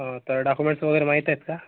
हां तर डाकुमेंट्स वगैरे माहित आहेत का